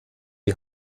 die